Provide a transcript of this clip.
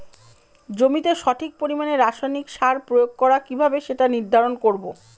জমিতে সঠিক পরিমাণে রাসায়নিক সার প্রয়োগ করা কিভাবে সেটা নির্ধারণ করব?